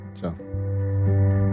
Ciao